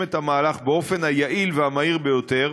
את המהלך באופן היעיל והמהיר ביותר,